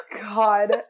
God